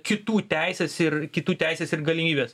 kitų teises ir kitų teises ir galimybes